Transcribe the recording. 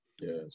Yes